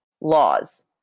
laws